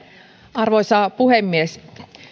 arvoisa puhemies